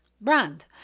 brand